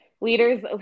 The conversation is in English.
leaders